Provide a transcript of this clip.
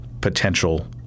potential